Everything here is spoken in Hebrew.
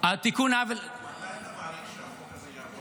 מתי אתה מעריך שהחוק הזה יעבור בקריאה שלישית?